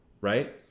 right